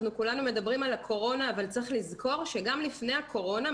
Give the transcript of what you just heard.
כולנו מדברים על הקורונה אבל צריך לזכור שגם לפני הקורונה,